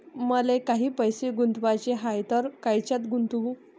मले काही पैसे गुंतवाचे हाय तर कायच्यात गुंतवू?